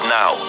now